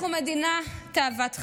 אנחנו מדינה תאבת חיים.